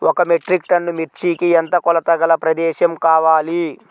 ఒక metric tonne మిర్చికి ఎంత కొలతగల ప్రదేశము కావాలీ?